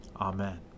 Amen